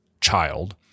child